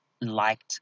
liked